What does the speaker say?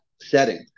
setting